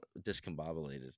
discombobulated